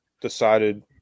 decided